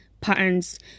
patterns